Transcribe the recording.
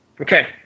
Okay